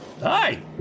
Hi